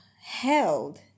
held